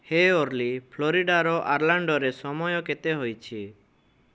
ହେ ଅର୍ଲି ଫ୍ଲୋରିଡ଼ାର ଅର୍ଲାଣ୍ଡୋରେ ସମୟ କେତେ ହୋଇଛି